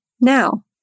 now